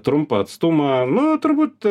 trumpą atstumą nu turbūt